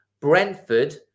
Brentford